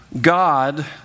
God